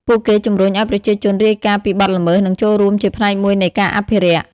ពួកគេជំរុញឲ្យប្រជាជនរាយការណ៍ពីបទល្មើស និងចូលរួមជាផ្នែកមួយនៃការអភិរក្ស។